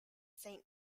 saint